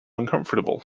uncomfortable